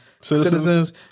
citizens